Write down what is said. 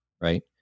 Right